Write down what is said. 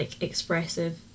expressive